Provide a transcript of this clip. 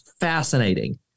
fascinating